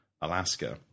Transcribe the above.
Alaska